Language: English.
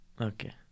Okay